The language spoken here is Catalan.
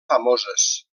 famoses